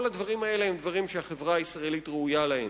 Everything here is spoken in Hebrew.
כל הדברים האלה הם דברים שהחברה הישראלית ראויה להם.